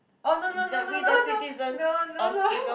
the we the citizens of Singapore